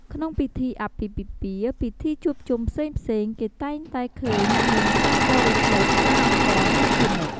ក្នុងពិធីអាពាហ៍ពិពាហ៍ ពិធីជួបជុំផ្សេងៗគេតែងតែឃើញមាកការបរិភោគស្រាអង្ករនេះជានិច្ច។